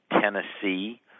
Tennessee